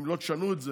אם לא תשנו את זה,